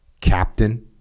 captain